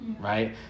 right